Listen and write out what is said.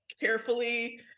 carefully